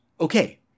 Okay